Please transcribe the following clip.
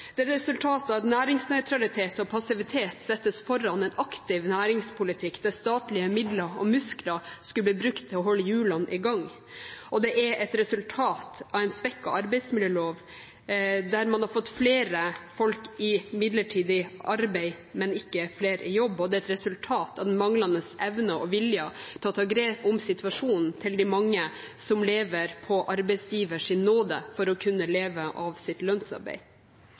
et resultat av at næringsnøytralitet og passivitet settes foran en aktiv næringspolitikk der statlige midler og muskler skulle blitt brukt til å holde hjulene i gang. Det er et resultat av en svekket arbeidsmiljølov der man har fått flere folk i midlertidig arbeid, men ikke flere i jobb. Og det er et resultat av en manglende evne og vilje til å ta grep om situasjonen til de mange som lever på arbeidsgivers nåde, for å kunne leve av sitt lønnsarbeid.